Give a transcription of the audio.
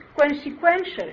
consequential